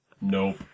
Nope